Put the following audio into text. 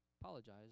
apologize